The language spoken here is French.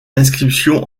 inscription